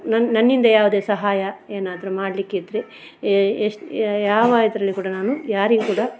ನನ್ನ ನನ್ನಿಂದ ಯಾವುದೇ ಸಹಾಯ ಏನಾದರೂ ಮಾಡ್ಲಿಕ್ಕಿದ್ದರೆ ಎಷ್ಟು ಯಾವ ಇದರಲ್ಲಿ ಕೂಡ ನಾನು ಯಾರಿಗೂ ಕೂಡ